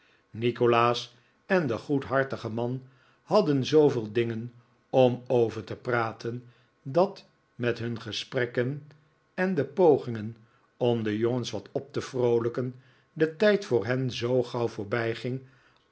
nikolaas en de goedhartige man hadden zooveel dingen om over te praten dat met hun gesprekken en de pogingen om de nikolaas nickleby jongens wat op te vroolijken de tijd voor hen zoo gauw